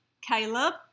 Caleb